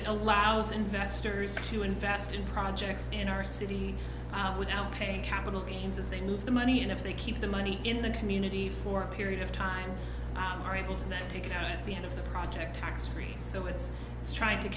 it allows investors to invest in projects in our city without paying capital gains as they move the money and if they keep the money in the community for a period of time are able to then take it out at the end of the project tax free so it's trying to